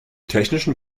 technischen